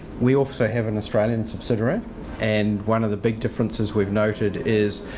we also have an australian subsidiary and one of the big differences we've noted is,